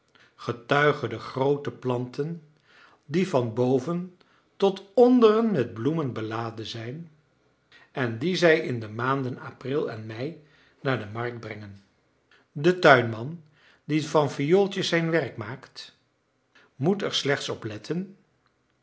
getuige de groote planten die van boven tot onderen met bloemen beladen zijn en die zij in de maanden april en mei naar de markt brengen de tuinman die van viooltjes zijn werk maakt moet er slechts